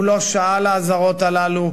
הוא לא שעה לאזהרות האלה,